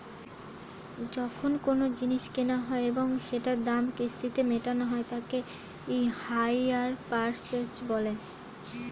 যখন কোনো জিনিস কেনা হয় এবং সেটার দাম কিস্তিতে মেটানো হয় তাকে হাইয়ার পারচেস বলে